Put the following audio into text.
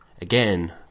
Again